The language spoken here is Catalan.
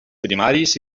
primaris